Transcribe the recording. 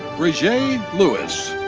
brejae lewis.